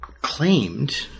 claimed